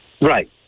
Right